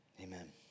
Amen